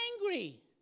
angry